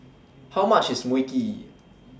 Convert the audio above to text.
How much IS Mui Kee